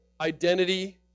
identity